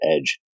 edge